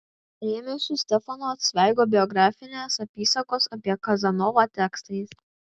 rėmiausi stefano cveigo biografinės apysakos apie kazanovą tekstais